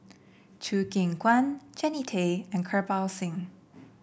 Choo Keng Kwang Jannie Tay and Kirpal Singh